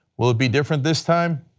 will it be different this time?